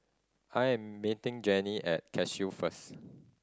I am meeting Jennie at Cashew first